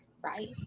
right